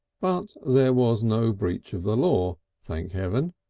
but there was no breach of the law, thank heaven!